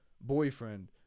boyfriend